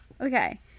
Okay